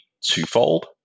twofold